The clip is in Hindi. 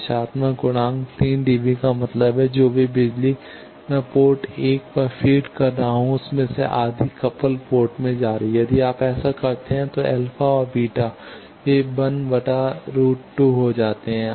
दिशात्मक गुणांक 3 डीबी का मतलब है जो भी बिजली मैं पोर्ट 1 पर फीड कर रहा हूं उसमें से आधी कपल पोर्ट में जा रही है यदि आप ऐसा करते हैं तो अल्फा और बीटा वे 1 √2 हो जाते हैं